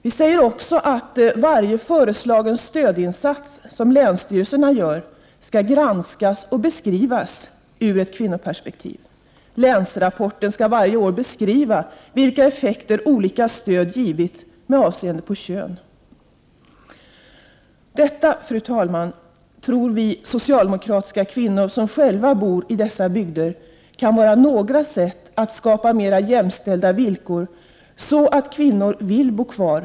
Vi säger dessutom att varje föreslagen stödinsats som länsstyrelserna gör skall granskas och beskrivas ur ett kvinnoperspektiv. Länsrapporten skall varje år ge en beskrivning av vilka effekter olika stöd givit med avseende på kön. Detta, fru talman, tror vi socialdemokratiska kvinnor som själva bor i nämnda bygder kan vara några sätt att skapa mer jämställda villkor för kvinnor, så att kvinnor vill bo kvar.